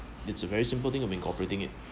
it's a very simple thing of incorporating it